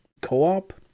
co-op